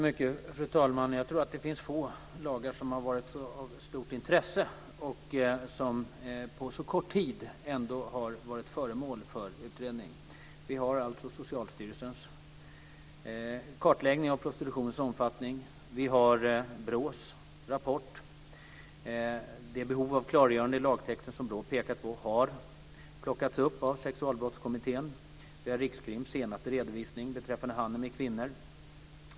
Fru talman! Jag tror att det är få lagar som har varit av ett så stort intresse och som på så kort tid har varit föremål för utredning. Vi har alltså Socialstyrelsens kartläggning av prostitutionens omfattning och BRÅ:s rapport. Det behov av klargörande i lagtexten som pekas på där har tagits upp av Sexualbrottskommittén. Vi har också Rikskrims senaste redovisning beträffande handel med kvinnor.